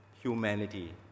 humanity